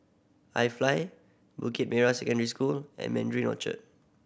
IFly Bukit Merah Secondary School and Mandarin Orchard